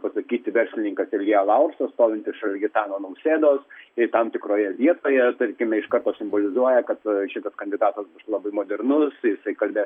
pasakyti verslininkas ilja laursas stovintis šalia gitano nausėdos jei tam tikroje vietoje tarkime iš karto simbolizuoja kad šitas kandidatas labai modernus jisai kalbės